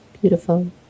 Beautiful